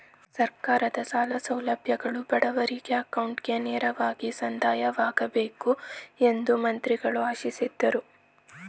ಸರ್ಕಾರದ ಸಾಲ ಸೌಲಭ್ಯಗಳು ಬಡವರಿಗೆ ಅಕೌಂಟ್ಗೆ ನೇರವಾಗಿ ಸಂದಾಯವಾಗಬೇಕು ಎಂದು ಮಂತ್ರಿಗಳು ಆಶಿಸಿದರು